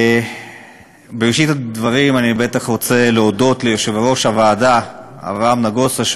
בראשית הדברים אני בטח רוצה להודות ליושב-ראש הוועדה אברהם נגוסה,